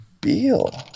Beal